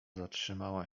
zatrzymała